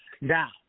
Now